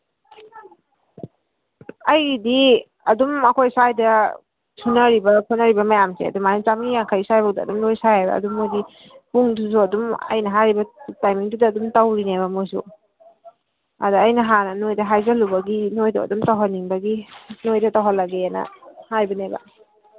ꯑꯩꯒꯤꯗꯤ ꯑꯗꯨꯝ ꯑꯩꯈꯣꯏ ꯁ꯭ꯋꯥꯏꯗ ꯁꯨꯅꯔꯤꯕ ꯈꯣꯠꯅꯔꯤꯕ ꯃꯌꯥꯝꯁꯦ ꯑꯗꯨꯃꯥꯏꯅ ꯆꯝꯃ꯭ꯔꯤ ꯌꯥꯡꯈꯩ ꯁ꯭ꯋꯥꯏꯐꯥꯎꯗ ꯑꯗꯨꯝ ꯂꯣꯏꯅ ꯁꯥꯏꯌꯦꯕ ꯑꯗꯨ ꯃꯈꯣꯏꯗꯤ ꯄꯨꯡꯗꯨꯁꯨ ꯑꯗꯨꯝ ꯑꯩꯅ ꯍꯥꯏꯔꯤꯕ ꯇꯥꯏꯃꯤꯡꯗꯨꯗ ꯑꯗꯨꯝ ꯇꯧꯔꯤꯅꯦꯕ ꯃꯈꯣꯏꯁꯨ ꯑꯗꯨꯎ ꯑꯩꯅ ꯍꯥꯟꯅ ꯅꯈꯣꯏꯗ ꯍꯥꯏꯖꯜꯂꯨꯕꯒꯤ ꯅꯈꯣꯏꯗꯣ ꯑꯗꯨꯝ ꯇꯧꯍꯟꯅꯤꯡꯕꯒꯤ ꯅꯈꯣꯏꯗ ꯇꯧꯍꯜꯂꯒꯦꯅ ꯍꯥꯏꯕꯅꯦꯕ